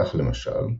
כך למשל,